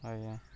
ଆଜ୍ଞା